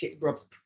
Rob's